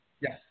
Yes